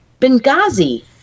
Benghazi